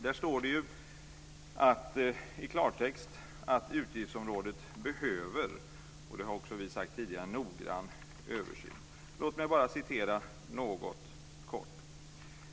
Där står det i klartext att utgiftsområdet behöver noggrann översyn, och det har vi också sagt tidigare.